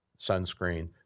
sunscreen